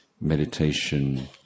meditation